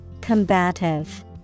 Combative